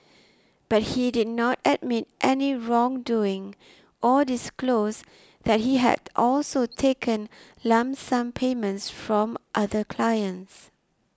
but he did not admit any wrongdoing or disclose that he had also taken lump sum payments from other clients